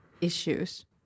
issues